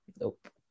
Nope